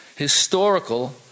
historical